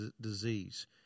disease